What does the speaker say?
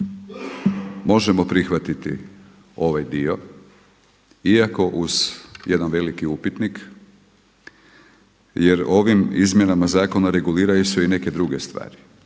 možemo prihvatiti ovaj dio iako uz jedan veliki upitnik jer ovim izmjenama zakona reguliraju se i neke druge stvari.